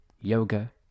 yoga